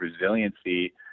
resiliency